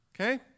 Okay